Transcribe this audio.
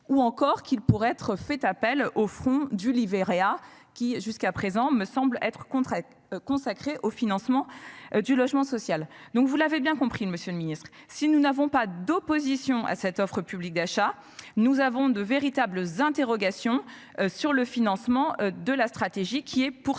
ou encore qu'il pourrait être fait appel au fonds du Livret A qui jusqu'à présent me semble être contraire consacré au financement du logement social. Donc vous l'avez bien compris, Monsieur le Ministre, si nous n'avons pas d'opposition à cette offre publique d'achat. Nous avons de véritables interrogations sur le financement de la stratégie qui est poursuivi.